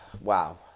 Wow